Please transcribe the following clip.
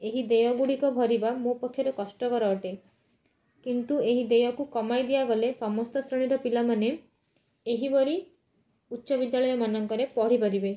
ଏହି ଦେୟ ଗୁଡ଼ିକ ଭରିବା ମୋ ପକ୍ଷରେ କଷ୍ଟକର ଅଟେ କିନ୍ତୁ ଏହି ଦେୟକୁ କମାଇ ଦିଆଗଲେ ସମସ୍ତ ଶ୍ରେଣୀର ପିଲାମାନେ ଏହିପରି ଉଚ୍ଚବିଦ୍ୟାଳୟ ମାନଙ୍କରେ ପଢ଼ିପାରିବେ